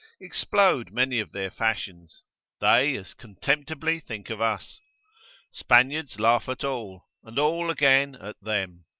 explode many of their fashions they as contemptibly think of us spaniards laugh at all, and all again at them.